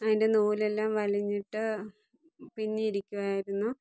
അതിന്റെ നൂലെല്ലാം വലിഞ്ഞിട്ട് പിഞ്ഞിയിരിക്കുകയായിരുന്നു